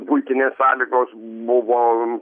buitinės sąlygos buvo